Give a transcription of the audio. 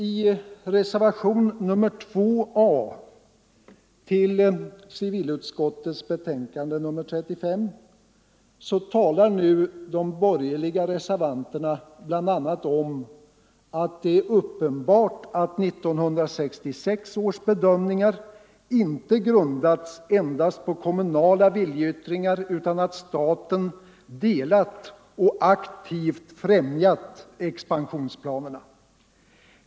I reservationen 2 a till civilutskottets betänkande nr 35 talar de borgerliga reservanterna bl.a. om att det är uppenbart att 1966 års bedömningar inte grundats endast på kommunala viljeyttringar, utan att staten delat och aktivt främjat expansionsplanerna.